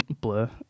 blur